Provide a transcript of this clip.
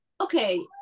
okay